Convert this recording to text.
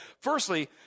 Firstly